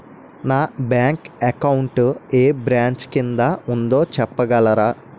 నా bank account ఏ branch కిందా ఉందో చెప్పగలరా?